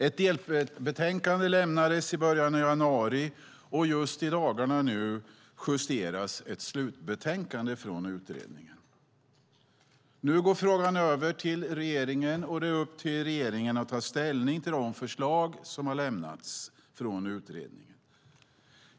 Ett delbetänkande lämnades i början av januari, och just i dagarna justeras ett slutbetänkande från utredningen. Nu går frågan över till regeringen, och det är upp till regeringen att ta ställning till de förslag som har lämnats från utredningen.